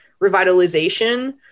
revitalization